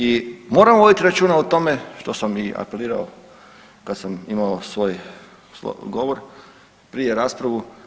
I moramo voditi računa o tome što sam i apelirao kada sam imao svoj govor, prije raspravu.